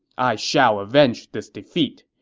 i shall avenge this defeat.